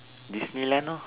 Disneyland hor